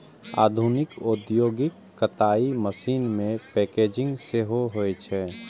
आधुनिक औद्योगिक कताइ मशीन मे पैकेजिंग सेहो होइ छै